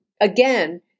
again